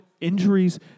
injuries